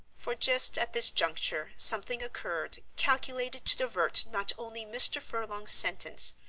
for just at this juncture something occurred calculated to divert not only mr. furlong's sentence,